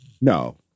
no